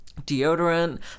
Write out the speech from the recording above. deodorant